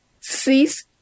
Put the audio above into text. cease